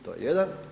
To je jedan.